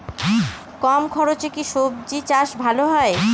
কম খরচে কি সবজি চাষ ভালো হয়?